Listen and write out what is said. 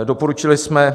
Doporučili jsme: